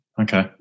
Okay